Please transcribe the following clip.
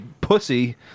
pussy